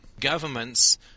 governments